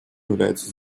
является